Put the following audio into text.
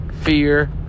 fear